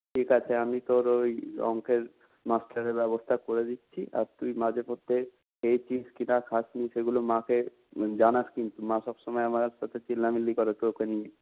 ঠিক আছে আমি তোর ওই অঙ্কের মাস্টারের ব্যবস্থা করে দিচ্ছি আর তুই মাঝেমধ্যে খেয়েছিস কি না খাসনি সেগুলো মা কে জানাস কিন্তু মা সবসময় আমার সাথে চেল্লামিল্লি করে তোকে নিয়ে